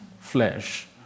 flesh